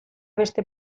beste